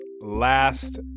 last